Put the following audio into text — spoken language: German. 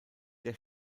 der